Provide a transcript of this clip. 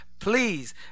Please